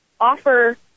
offer